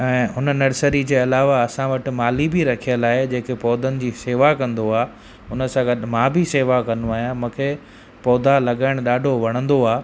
ऐं उन नर्सरी जे अलावा असां वटि माली बि रखियल आहे जेके पौधनि जी शेवा कंदो आहे हुन सां गॾु मां बि सेवा कंदो आहियां मूंखे पौधा लॻाइणु ॾाढो वणंदो आहे